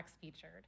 featured